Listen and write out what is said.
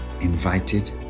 invited